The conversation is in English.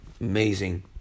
Amazing